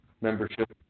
membership